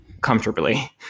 comfortably